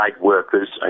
workers